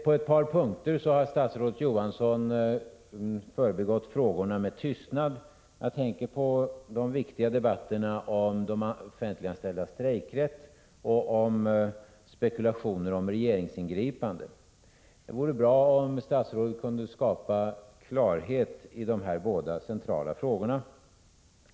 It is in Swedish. På ett par punkter har statsrådet Johansson förbigått frågorna med tystnad. Jag tänker på de viktiga debatterna om de offentliganställdas strejkrätt och spekulationerna om regeringsingripanden. Det vore bra om statsrådet kunde skapa klarhet i de här båda centrala frågorna.